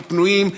הם פנויים,